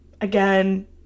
again